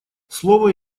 слово